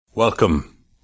Welcome